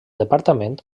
departament